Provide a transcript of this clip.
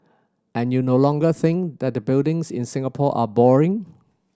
and you no longer think that the buildings in Singapore are boring